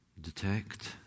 detect